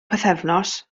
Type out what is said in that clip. pythefnos